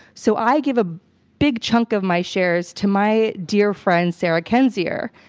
so i give a big chunk of my shares to my dear friend sarah kendzior,